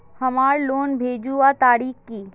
हमार लोन भेजुआ तारीख की?